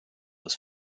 was